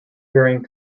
herring